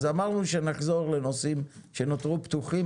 אז אמרנו שנחזור לנושאים שנותרו פתוחים,